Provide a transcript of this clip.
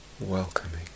welcoming